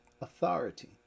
authority